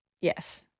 Yes